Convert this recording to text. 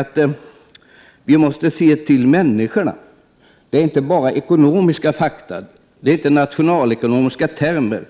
att vi måste se till människorna. Det är inte bara ekonomiska fakta det gäller här. Detta är inte nationalekonomiska termer.